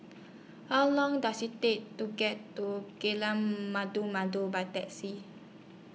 How Long Does IT Take to get to Jalan Malu Malu By Taxi